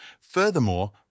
Furthermore